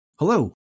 Hello